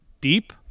deep